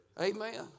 amen